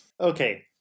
Okay